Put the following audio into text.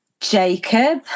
Jacob